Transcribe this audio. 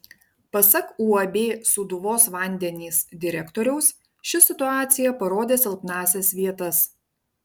pasak uab sūduvos vandenys direktoriaus ši situacija parodė silpnąsias vietas